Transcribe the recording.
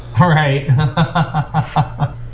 right